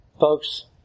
Folks